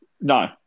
No